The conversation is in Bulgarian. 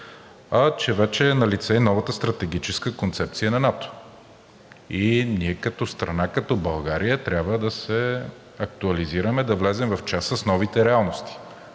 – че вече е налице и новата Стратегическа концепция на НАТО и ние като страна България трябва да се актуализираме, да влезем в час с новите реалности,